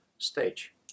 stage